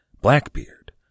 Blackbeard